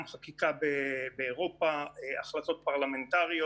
גם חקיקה באירופה, החלטות פרלמנטריות.